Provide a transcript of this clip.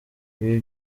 ibi